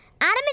Adam